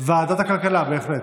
ועדת הכלכלה, בהחלט.